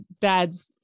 dads